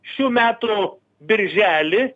šių metų birželį